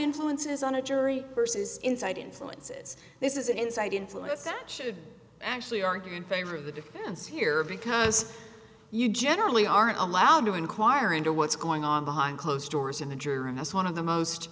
influences on a jury versus inside influences this is an inside influence that should actually argue in favor of the defense here because you generally aren't allowed to inquire into what's going on behind closed doors in the jury room that's one of the most